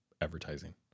advertising